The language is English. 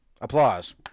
Applause